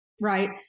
right